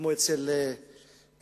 כמו אצל טולסטוי,